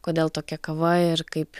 kodėl tokia kava ir kaip